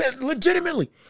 legitimately